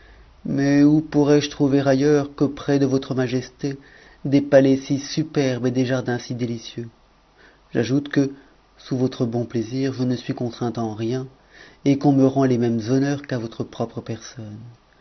mais où pourrais-je trouver ailleurs que près de votre majesté des palais si superbes et des jardins si délicieux j'ajoute que sous votre bon plaisir je ne suis contrainte en rien et qu'on me rend les mêmes honneurs qu'à votre propre personne